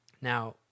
Now